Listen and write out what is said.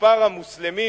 שמספר המוסלמים